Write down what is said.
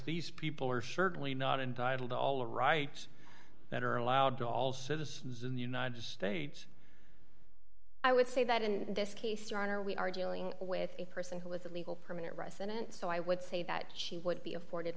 these people are certainly not entitled to all the rights that are allowed to all citizens in the united states i would say that in this case your honor we are dealing with a person who is a legal permanent resident so i would say that she would be afforded